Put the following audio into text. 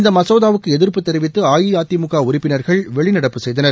இந்த மசோதாவுக்கு எதிர்ப்பு தெரிவித்து அஇஅதிமுக உறுப்பினா்கள் வெளிநடப்பு செய்தனர்